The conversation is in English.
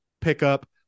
pickup